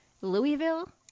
Louisville